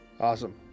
Awesome